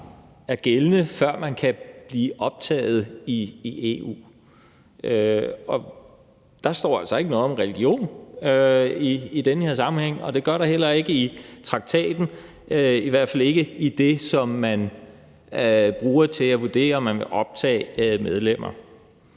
er gældende, før man kan blive optaget i EU. Der står altså ikke noget om religion i den her sammenhæng, og det gør der heller ikke i traktaten, i hvert fald ikke i det, som man bruger til at vurdere, om man vil optage medlemmer.